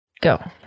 go